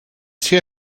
ser